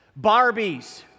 Barbies